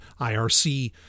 IRC